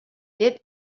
yet